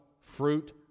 fruit